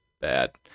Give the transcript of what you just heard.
bad